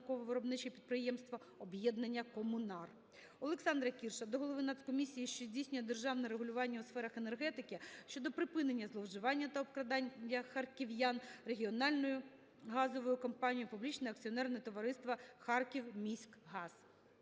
науково-виробниче підприємство "Об'єднання Комунар". Олександра Кірша до голови Нацкомісії, що здійснює державне регулювання у сферах енергетики щодо припинення зловживання та обкрадання харків'ян регіональною газовою компанією Публічне акціонерне товариство "Харківміськгаз".